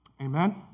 Amen